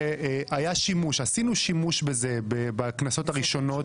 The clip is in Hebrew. עשינו שימוש בזה בכנסות הראשונות,